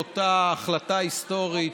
לאותה החלטה היסטורית,